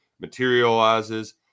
materializes